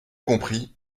compris